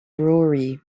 brewery